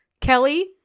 Kelly